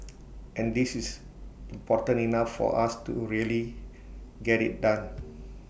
and this is important enough for us to really get IT done